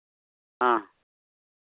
ᱦᱮᱸ